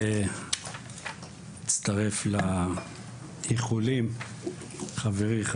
מצטרף לאיחולים של חברי,